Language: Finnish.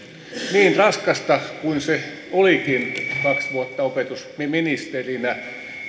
niin raskasta kuin se olikin kaksi vuotta opetusministerinä